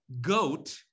goat